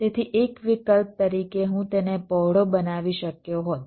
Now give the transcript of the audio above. તેથી એક વિકલ્પ તરીકે હું તેને પહોળો બનાવી શક્યો હોત